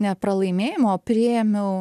ne pralaimėjimą o priėmiau